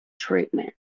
treatment